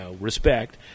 respect